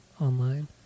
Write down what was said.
online